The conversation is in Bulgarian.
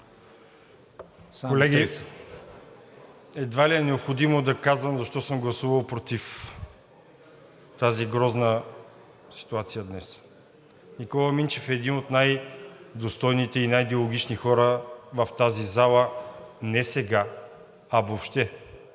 Колеги, едва ли е необходимо да казвам защо съм гласувал против тази грозна ситуация днес. Никола Минчев е един от най-достойните и най-диалогичните хора в тази зала не сега, а въобще